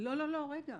לא, לא, לא, רגע.